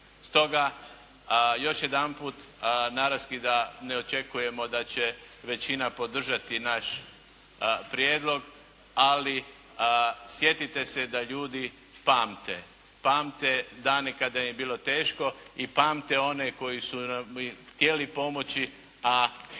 Stoga, a još jedanput, naravski da ne očekujemo da će većina podržati naš prijedlog, ali sjetite se da ljudi pamet. Pamte dane kada im je bilo teško i pamte one koji su im htjeli pomoći, a i